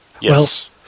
Yes